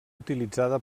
utilitzada